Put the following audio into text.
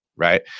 right